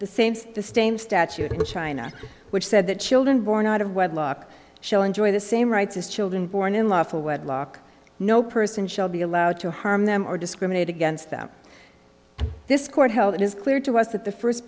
the same the stain statute in china which said that children born out of wedlock show enjoy the same rights as children born in lawful wedlock no person shall be allowed to harm them or discriminate against them this court held it is clear to us that the first